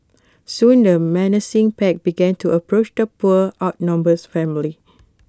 soon the menacing pack began to approach the poor outnumbered family